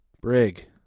Brig